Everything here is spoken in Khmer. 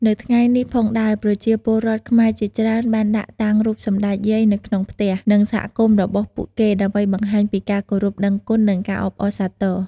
នៅថ្ងៃនេះផងដែរប្រជាពលរដ្ឋខ្មែរជាច្រើនបានដាក់តាំងរូបសម្តេចយាយនៅក្នុងផ្ទះ និងសហគមន៍របស់ពួកគេដើម្បីបង្ហាញពីការគោរពដឹងគុណនិងការអបអរសាទរ។